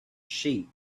sheep